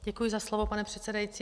Děkuji za slovo, pane předsedající.